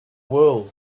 wool